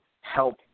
help